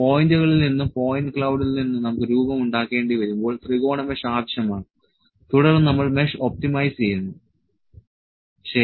പോയിന്റുകളിൽ നിന്ന് പോയിന്റ് ക്ളൌഡിൽ നിന്ന് നമുക്ക് രൂപം ഉണ്ടാക്കേണ്ടി വരുമ്പോൾ ത്രികോണ മെഷ് ആവശ്യമാണ് തുടർന്ന് നമ്മൾ മെഷ് ഒപ്റ്റിമൈസ് ചെയ്യുന്നു ശരി